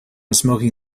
smoking